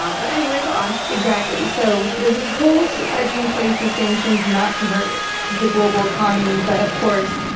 ah but anyway go on. exactly. so there's this whole strategy in place with sanctions not to hurt the global economy, but of course,